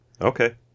Okay